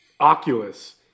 Oculus